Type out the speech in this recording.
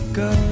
go